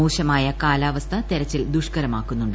മോശമായ കാലാവസ്ഥ തെരച്ചിൽ ദുഷ്കരമാക്കുന്നുണ്ട്